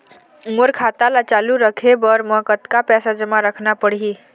मोर खाता ला चालू रखे बर म कतका पैसा जमा रखना पड़ही?